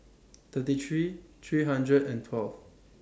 thirty three three hundred and twelve